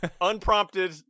Unprompted